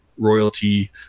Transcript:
royalty